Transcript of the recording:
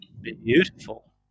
Beautiful